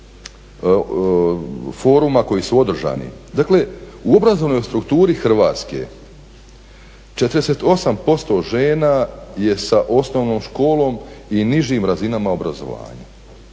u obrazovnoj strukturi Hrvatske 48% žena je sa osnovnom školom i nižim razinama obrazovanja,